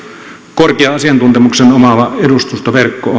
korkean asiantuntemuksen omaava edustustoverkko